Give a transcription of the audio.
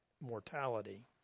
mortality